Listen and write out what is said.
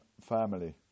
family